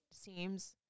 seems